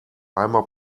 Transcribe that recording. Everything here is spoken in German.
einmal